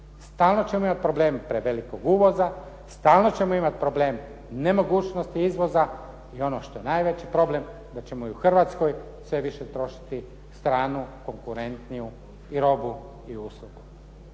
Stalno ćemo imati problem prevelikog uvoza, stalno ćemo imati problem nemogućnosti izvoza i ono što je najveći problem da ćemo i u Hrvatskoj sve više trošiti stranu konkurentniju i robu i usluge.